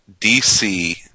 DC